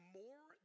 more